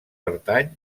pertany